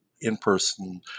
in-person